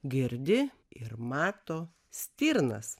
girdi ir mato stirnas